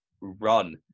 run